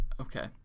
Okay